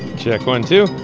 check one, two